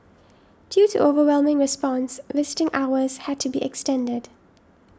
due to overwhelming response visiting hours had to be extended